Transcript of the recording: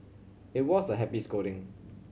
it was a happy scolding